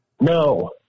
No